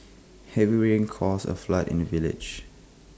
heavy rains caused A flood in the village